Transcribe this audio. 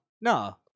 no